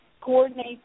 coordinate